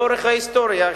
לאורך ההיסטוריה,